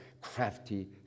crafty